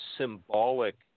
symbolic